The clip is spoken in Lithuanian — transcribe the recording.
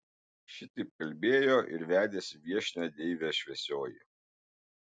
šitaip kalbėjo ir vedėsi viešnią deivė šviesioji